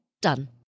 Done